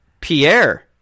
Pierre